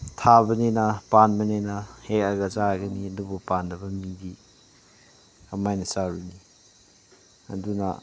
ꯊꯥꯕꯅꯤꯅ ꯄꯥꯟꯕꯅꯤꯅ ꯍꯦꯛꯑꯒ ꯆꯥꯒꯅꯤ ꯑꯗꯨꯕꯨ ꯄꯥꯟꯗꯕ ꯃꯤꯗꯤ ꯀꯃꯥꯏꯅ ꯆꯥꯔꯨꯅꯤ ꯑꯗꯨꯅ